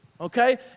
Okay